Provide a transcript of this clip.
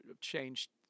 changed